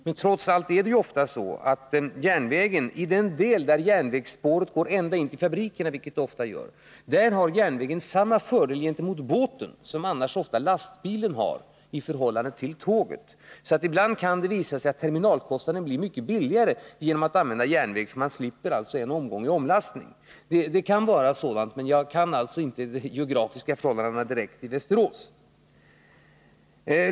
Men trots allt är det ju så att där järnvägen går ända fram till fabriken — vilket den ofta gör — har järnvägen samma fördel i förhållande till båten som lastbilen kan ha i förhållande till tåget. Ibland visar det sig således att terminalkostnaden blir mycket lägre om man använder sig av järnvägen, därför att man då slipper en omlastning. Det kan vara på det sättet, men jag känner som sagt inte exakt till de geografiska förhållandena i Västerås.